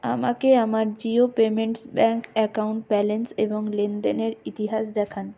আমাকে আমার Jio payments bank account balance এবং লেনদেনের ইতিহাস দেখান